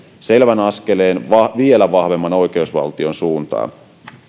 selvän askeleen vielä vahvemman oikeusvaltion suuntaan